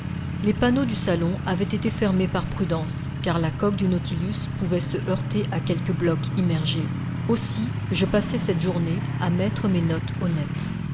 les panneaux du salon avaient été fermés par prudence car la coque du nautilus pouvait se heurter à quelque bloc immergé aussi je passai cette journée à mettre mes notes